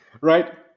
Right